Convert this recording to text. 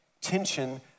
tension